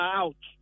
out